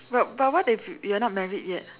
but but what if you're not married yet